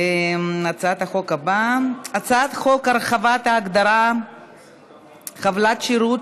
הצעת חוק הרחבת ההגדרה "חבלת שירות"